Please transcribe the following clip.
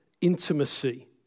intimacy